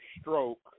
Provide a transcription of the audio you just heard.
stroke